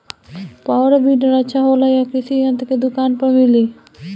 Power weeder अच्छा होला यह कृषि यंत्र के दुकान पर मिली?